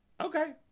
Okay